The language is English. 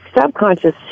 subconscious